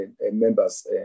members